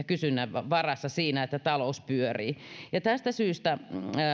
kysynnän varassa siinä että talous pyörii tästä syystä